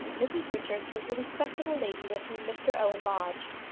mrs richards was the respectable lady with whom mr owen lodged.